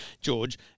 George